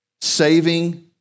saving